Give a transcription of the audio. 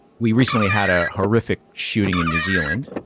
we recently had a horrific shooting in new zealand.